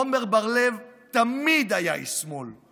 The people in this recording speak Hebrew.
עמר בר לב תמיד היה איש שמאל.